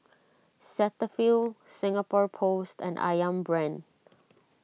Cetaphil Singapore Post and Ayam Brand